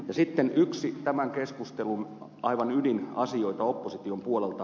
ja sitten yksi tämän keskustelun aivan ydinasioita opposition puolelta